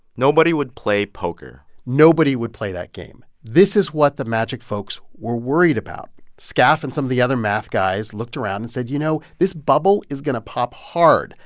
nobody would play poker nobody would play that game. this is what the magic folks were worried about. skaff and some of the other math guys looked around and said, you know, this bubble is going to pop hard.